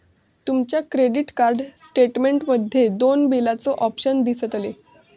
तुमच्या credit card statement मध्ये दोन बिलाचे ऑप्शन दिसतले